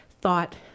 thought